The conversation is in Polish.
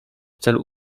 celu